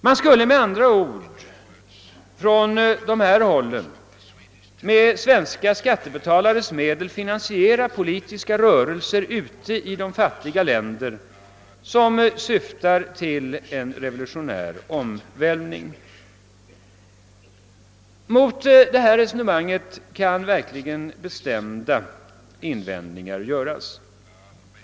Man skulle med andra ord från dessa håll med svenska skattebetalares medel vilja finansiera de politiska rörelser i de fattiga länderna som syftar till en revolutionär omvälvning. Mot detta resonemang kan verkligen bestämda invändningar göras.